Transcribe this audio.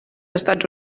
estats